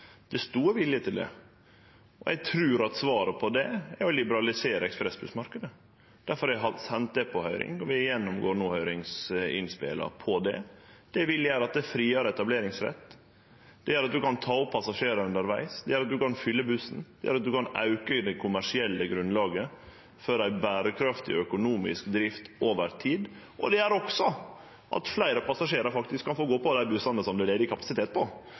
Det er stor vilje til det, og eg trur at svaret på det er å liberalisere ekspressbussmarknaden. Difor har eg sendt det på høyring, og vi gjennomgår no høyringsinnspela på det. Det vil gjere at det vert friare etableringsrett, at ein kan ta opp passasjerar undervegs, at ein kan fylle bussen, og at ein kan auke det kommersielle grunnlaget for ei berekraftig økonomisk drift over tid. Det gjer òg at fleire passasjerar kan få gå på dei bussane det er ledig kapasitet på.